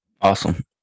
awesome